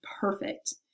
perfect